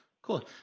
Cool